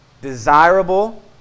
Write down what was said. desirable